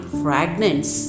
fragments